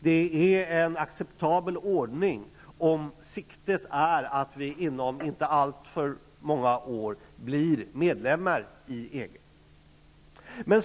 Det är en acceptabel ordning om siktet är att vi inom inte alltför många år blir medlemmar i EG.